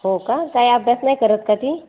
हो का काय अभ्यास नाही करत का ती